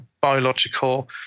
biological